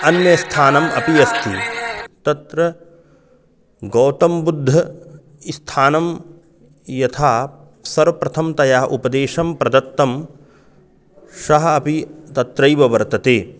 अन्यं स्थानम् अपि अस्ति तत्र गौतमबुद्धस्य स्थानं यथा सर्वप्रथमं तया उपदेशं प्रदत्तं सः अपि तत्रैव वर्तते